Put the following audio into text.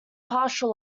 partial